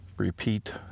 repeat